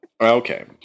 okay